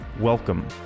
Welcome